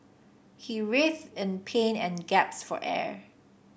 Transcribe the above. he writhed in pain and gasped for air